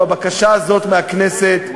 או הבקשה הזאת מהכנסת,